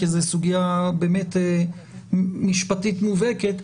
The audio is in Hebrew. כי זו סוגיה משפטית מובהקת,